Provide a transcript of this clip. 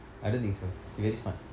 I don't think so he very smart